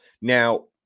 Now